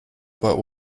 but